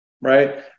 right